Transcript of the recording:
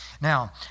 now